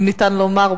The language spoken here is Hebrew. אם אפשר לומר,